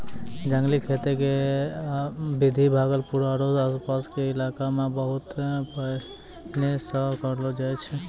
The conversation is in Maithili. जंगली खेती के विधि भागलपुर आरो आस पास के इलाका मॅ बहुत पहिने सॅ करलो जाय छै